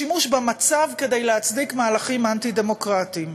השימוש במצב כדי להצדיק מהלכים אנטי-דמוקרטיים.